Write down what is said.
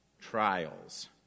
trials